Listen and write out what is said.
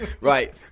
Right